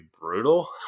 brutal